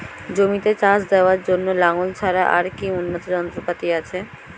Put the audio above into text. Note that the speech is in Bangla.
জমিতে চাষ দেওয়ার জন্য লাঙ্গল ছাড়া আর কি উন্নত যন্ত্রপাতি আছে?